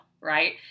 right